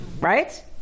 right